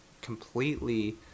completely